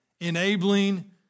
Enabling